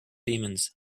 demons